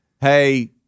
hey